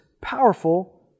powerful